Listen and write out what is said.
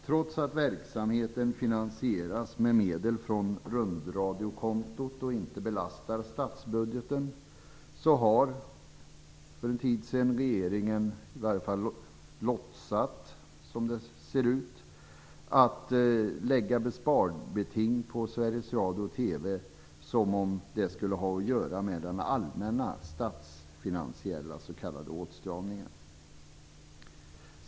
Trots att verksamheten finansieras med medel från rundradiokontot och inte belastar statsbudgeten har för en tid sedan regeringen i varje fall låtsat, som det ser ut, att lägga sparbeting på Sveriges Radio och TV som om det skulle ha att göra med den allmänna statsfinansiella s.k. åtstramningen.